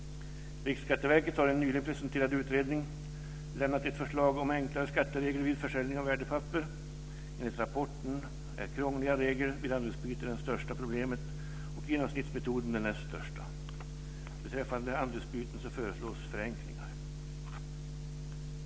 Riksskatteverket har i en nyligen presenterad utredning lagt fram ett förslag om enklare skatteregler vid försäljning av värdepapper. Enligt rapporten är krångliga regler vid andelsbyten det största problemet och genomsnittsmetoden det näst största. Beträffande andelsbyten föreslås förenklingar.